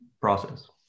process